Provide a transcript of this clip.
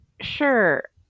Sure